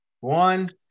One